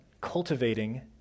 cultivating